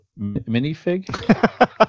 minifig